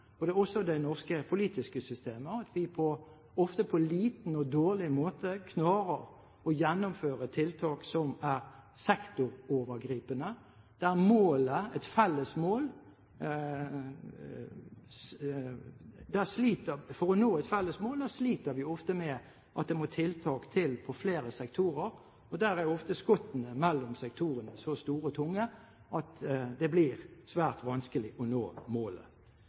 og også i det norske politiske systemet, at vi ofte på en dårlig måte klarer å gjennomføre tiltak som er sektorovergripende. For å nå et felles mål sliter vi ofte med at det må tiltak til på flere sektorer. Der er ofte skottene mellom sektorene så store og tunge at det blir svært vanskelig å nå målet.